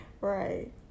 Right